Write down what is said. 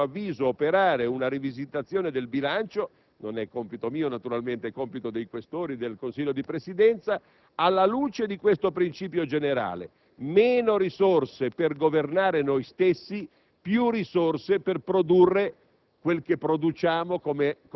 dobbiamo, a mio avviso, operare una rivisitazione del bilancio - non è compito mio, naturalmente, ma dei senatori Questori e del Consiglio di Presidenza - alla luce di questo principio generale: meno risorse per governare noi stessi, più risorse per produrre